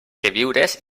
queviures